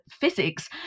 physics